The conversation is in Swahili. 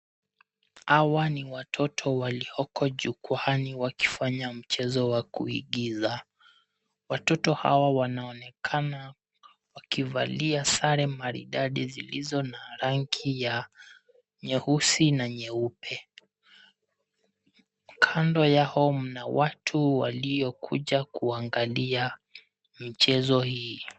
Hawa ni watoto walioko jukwaani wakifanya mchezo wa kuigiza. Watoto hawa wanaonekana wakivalia sare maridadi zilizo na rangi ya nyeusi na nyeupe. Kando yao mna watu waliokuja kuangalia, mchezo hii.